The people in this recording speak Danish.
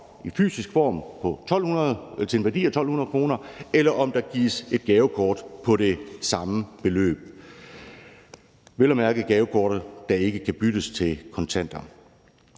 i fysisk form til en værdi af 1.200 kr., eller om der gives et gavekort på det samme beløb, vel at mærke et gavekort, der ikke kan byttes til kontanter.